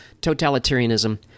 totalitarianism